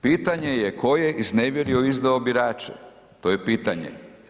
Pitanje je tko je iznevjerio i izdao birače, to je pitanje?